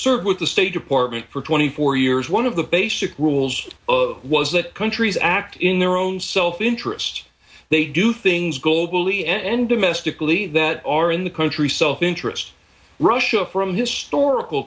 served with the state department for twenty four years one of the basic rules was that countries act in their own self interest they do things go badly and domestically that are in the country self interest russia from historical